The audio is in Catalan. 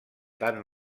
tant